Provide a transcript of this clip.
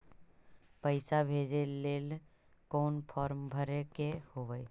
पैसा भेजे लेल कौन फार्म भरे के होई?